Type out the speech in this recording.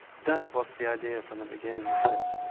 that was the idea from the beginning he says.